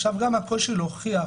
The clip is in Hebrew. עכשיו, גם הקושי להוכיח